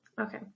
Okay